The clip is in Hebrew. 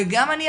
גם אני,